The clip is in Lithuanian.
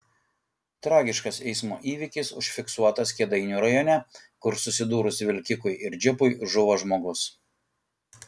tragiškas eismo įvykis užfiksuotas kėdainių rajone kur susidūrus vilkikui ir džipui žuvo žmogus